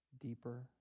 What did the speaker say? deeper